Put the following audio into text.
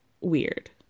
Weird